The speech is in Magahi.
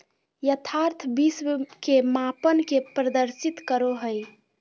यथार्थ विश्व के मापन के प्रदर्शित करो हइ